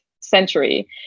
century